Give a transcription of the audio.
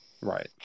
Right